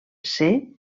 ser